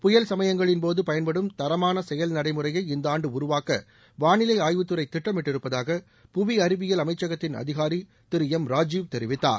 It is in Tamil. புயல் சமயங்களின்போது பயன்படும் தரமான செயல் நடைமுறைய இந்த ஆண்டு உருவாக்க வானிலை ஆய்வுத்துறை திட்டமிட்டிருப்பதாக புவி அறிவியல் அமச்சகத்தின் அதிகாரி திரு எம் ராஜீவ் தெரிவித்தார்